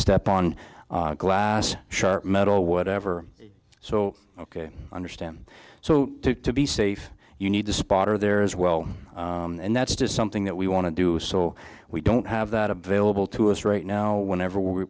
step on glass sharp metal whatever so ok i understand so to be safe you need to spotter there as well and that's just something that we want to do so we don't have that available to us right now whenever